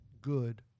good